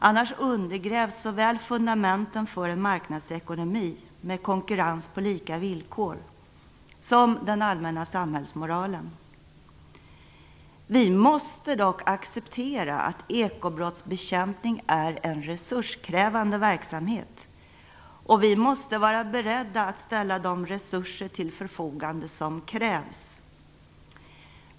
Annars undergrävs såväl fundamenten för en marknadsekonomi med konkurrens på lika villkor som den allmänna samhällsmoralen. Vi måste dock acceptera att ekobrottsbekämpning är en resurskrävande verksamhet, och vi måste vara beredda att ställa de resurser till förfogande som krävs.